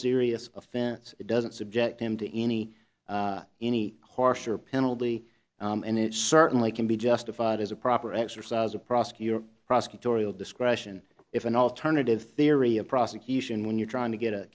serious offense it doesn't subject him to any any harsher penalty and it certainly can be justified as a proper exercise of prosecutor prosecutorial discretion if an alternative theory of prosecution when you're trying to get a